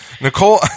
Nicole